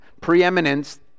preeminence